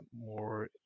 more